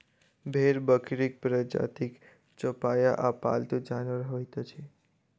भेंड़ बकरीक प्रजातिक चौपाया आ पालतू जानवर होइत अछि